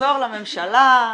תחזור לממשלה,